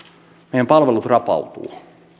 meidän palvelut rapautuvat